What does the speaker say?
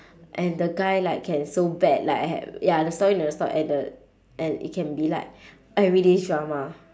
and the guy like can so bad like have ya the story never stop and the and it can be like everybody's drama